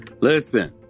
Listen